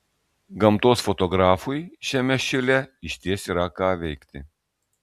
gamtos fotografui šiame šile išties yra ką veikti